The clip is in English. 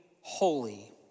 holy